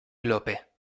lope